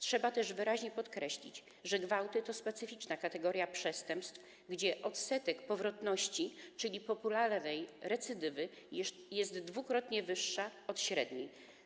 Trzeba też wyraźnie podkreślić, że gwałty to specyficzna kategoria przestępstw, gdzie odsetek powrotności, czyli popularnej recydywy, jest dwukrotnie wyższy od średniej.